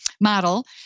model